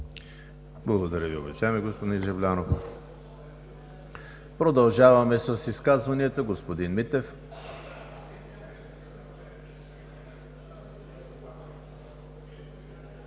Благодаря Ви, уважаеми господин Жаблянов. Продължаваме с изказванията. Господин Митев.